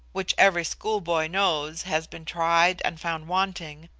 which every schoolboy knows has been tried and found wanting,